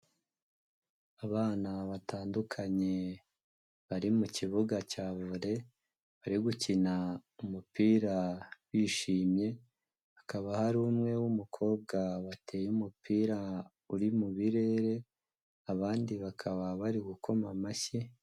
Abana batandukanye, bari mu kibuga cya vore bari gukina umupira bishimye, hakaba hari umwe w'umukobwa wateye umupira uri mu birere, abandi bakaba bari gukoma amashyi.